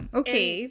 okay